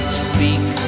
speak